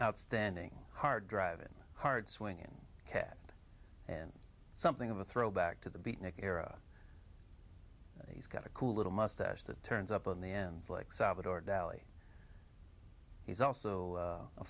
outstanding hard drive it hard swinging cat and something of a throwback to the beatnik era he's got a cool little mustache that turns up on the ends like salvador dal he's also